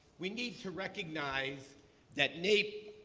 we need to recognize that naep,